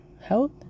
health